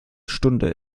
stunde